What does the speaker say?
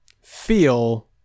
feel